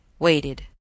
waited